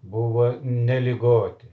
buvo neligoti